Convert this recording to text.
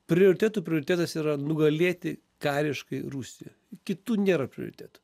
prioritetų prioritetas yra nugalėti kariškai rūsiją kitų nėra prioritetų